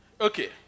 Okay